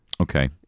Okay